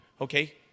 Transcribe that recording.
Okay